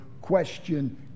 question